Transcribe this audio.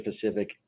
Pacific